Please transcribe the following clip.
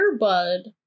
Airbud